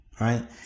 Right